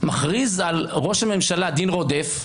מכריז על ראש הממשלה דין רודף.